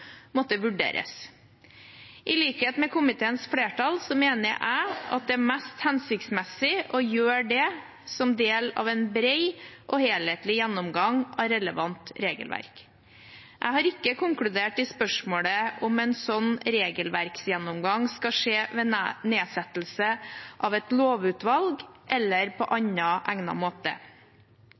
måtte vurderes. I likhet med komiteens flertall mener jeg det er mest hensiktsmessig å gjøre det som del av en bred og helhetlig gjennomgang av relevant regelverk. Jeg har ikke konkludert i spørsmålet om en slik regelverksgjennomgang skal skje ved nedsettelse av et lovutvalg eller på annen, egnet måte.